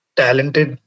talented